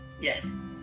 Yes